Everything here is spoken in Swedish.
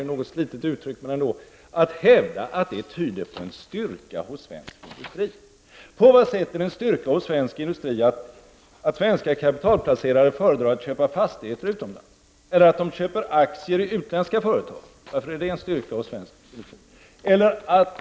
Det ganska slitna uttrycket om att man tar sig för pannan passar väl här. På vilket sätt är det en styrka hos svensk industri att svenska kapitalplacerare föredrar att köpa fastigheter utomlands eller att köpa aktier i utländska företag?